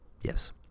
Yes